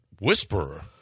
whisperer